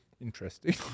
interesting